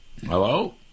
Hello